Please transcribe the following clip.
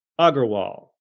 Agarwal